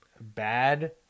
bad